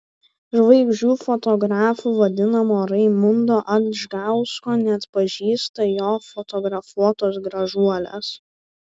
žvaigždžių fotografu vadinamo raimundo adžgausko neatpažįsta jo fotografuotos gražuolės